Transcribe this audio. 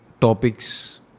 topics